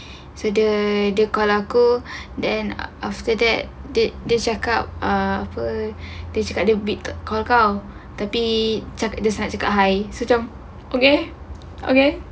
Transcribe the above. sedang dia call aku then after that dia dia cakap uh apa dia cakap dia video call kau tapi dia sahaja cakap hi saya macam okay okay